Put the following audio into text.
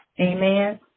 amen